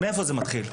מאיפה זה מתחיל?